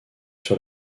sur